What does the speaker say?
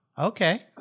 Okay